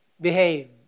Behave